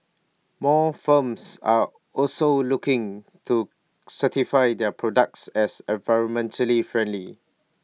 more firms are also looking to certify their products as environmentally friendly